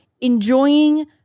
enjoying